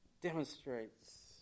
demonstrates